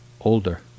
older